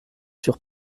sur